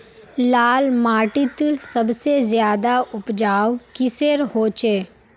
लाल माटित सबसे ज्यादा उपजाऊ किसेर होचए?